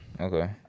Okay